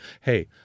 hey